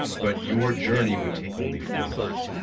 but your journey would take only four minutes.